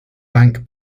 bank